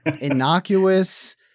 innocuous